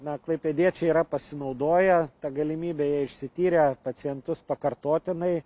na klaipėdiečiai yra pasinaudoję ta galimybe jie išsityrė pacientus pakartotinai